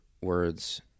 words